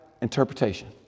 interpretation